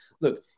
Look